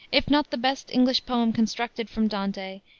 if not the best english poem constructed from dante,